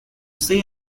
say